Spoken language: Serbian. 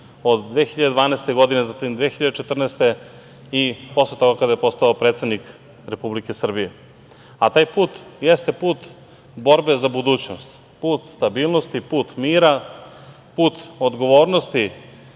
od 2012. godine, zatim 2014. godine i posle toga kada je postao predsednik Republike Srbije. Taj put jeste put borbe za budućnost, put stabilnosti, put mira, put odgovornosti